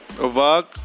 work